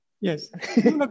yes